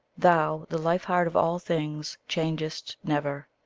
thou, the life-heart of all things, changest never.